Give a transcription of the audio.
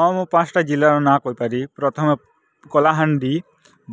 ହଁ ମୁଁ ପାଞ୍ଚଟା ଜିଲ୍ଲାର ନାଁ କହିପାରିବି ପ୍ରଥମେ କଳାହାଣ୍ଡି